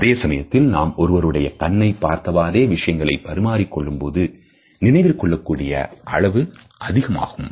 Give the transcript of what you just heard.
அதே சமயத்தில் நாம் ஒருவருடைய கண்ணை பார்த்தவாரே விஷயங்களை பரிமாறிக் கொள்ளும் போது நினைவிற் கொள்ளக்கூடிய அளவு அதிகரிக்கும்